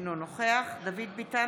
אינו נוכח דוד ביטן,